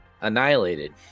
annihilated